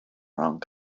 wrong